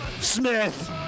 Smith